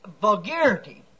vulgarity